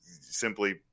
simply